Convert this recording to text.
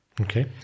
Okay